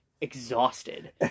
exhausted